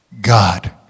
God